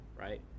right